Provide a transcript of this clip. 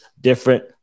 different